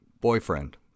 Boyfriend